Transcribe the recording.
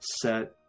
set